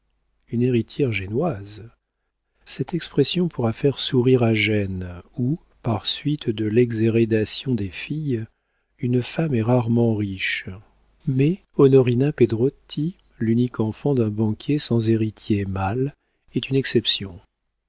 une héritière génoise cette expression pourra faire sourire à gênes où par suite de l'exhérédation des filles une femme est rarement riche mais onorina pedrotti l'unique enfant d'un banquier sans héritiers mâles est une exception